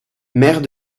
maire